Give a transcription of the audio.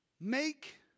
Make